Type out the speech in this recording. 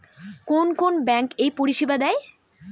কোন কোন ব্যাঙ্ক এই পরিষেবা দেয়?